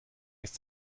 ist